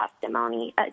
testimony